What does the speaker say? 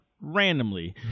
randomly